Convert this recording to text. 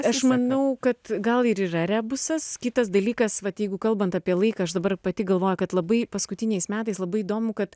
aš maniau kad gal ir yra rebusas kitas dalykas vat jeigu kalbant apie laiką aš dabar pati galvoja kad labai paskutiniais metais labai įdomu kad